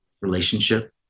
relationship